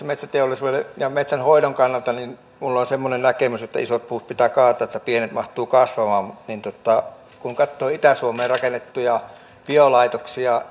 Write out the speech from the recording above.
metsäteollisuuden ja metsänhoidon kannalta minulla on semmoinen näkemys että isot puut pitää kaataa jotta pienet mahtuvat kasvamaan niin kun katsoo itä suomeen rakennettuja biolaitoksia